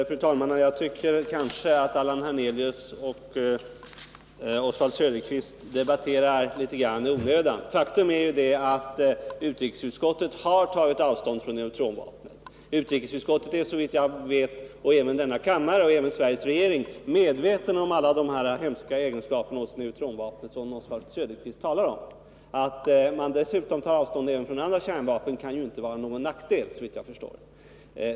Fru talman! Jag tycker att Allan Hernelius och Oswald Söderqvist debatterar i onödan. Faktum är ju att utrikesutskottet har tagit avstånd från neutronvapnet. Utrikesutskottet är liksom kammaren och även regeringen medvetet om alla de hemska egenskaper hos neutronvapnet som Oswald Söderqvist talar om. Att man dessutom tar avstånd även från andra kärnvapen kan såvitt jag förstår inte vara någon nackdel.